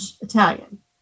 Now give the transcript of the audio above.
Italian